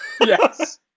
Yes